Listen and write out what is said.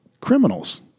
criminals